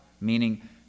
meaning